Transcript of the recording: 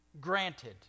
Granted